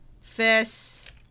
Fist